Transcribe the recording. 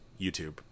YouTube